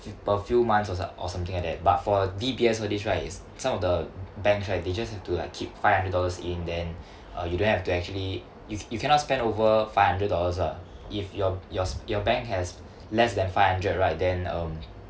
per few months or or something like that but for D_B_S all this right is some of the banks right they just have to like keep five hundred dollars in then uh you don't have to actually you you cannot spend over five hundred dollars ah if your yours your bank has less than five hundred right then um